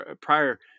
prior